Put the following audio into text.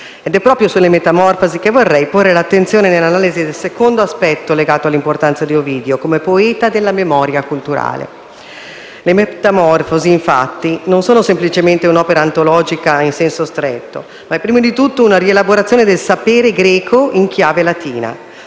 Ed è proprio sulle Metamorfosi che vorrei porre l'attenzione nella analisi del secondo aspetto legato all'importanza di Ovidio, come poeta della memoria culturale. Le Metaforfosi, infatti, non sono semplicemente un'opera antologica in senso stretto, ma prima di tutto una rielaborazione del sapere greco in chiave latina.